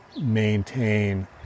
maintain